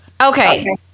Okay